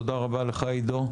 תודה רבה לך עידו,